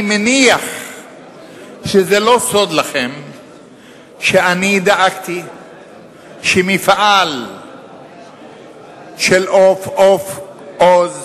אני מניח שזה לא סוד וידוע לכם שדאגתי שמפעל של "עוף עוז"